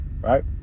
right